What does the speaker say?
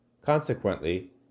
Consequently